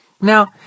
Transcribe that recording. Now